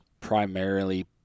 primarily